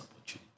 opportunity